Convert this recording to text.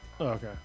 okay